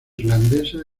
irlandesa